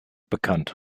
bekannt